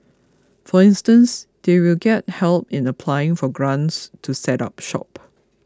for instance they will get help in applying for grants to set up shop